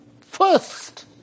first